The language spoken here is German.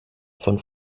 von